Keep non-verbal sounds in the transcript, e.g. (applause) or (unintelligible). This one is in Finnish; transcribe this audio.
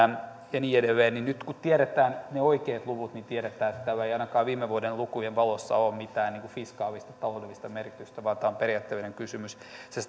ja niin edelleen nyt kun tiedetään ne oikeat luvut niin tiedetään että tällä ei ainakaan viime vuoden lukujen valossa ole mitään fiskaalista taloudellista merkitystä vaan tämä on periaatteellinen kysymys se (unintelligible)